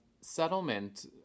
settlement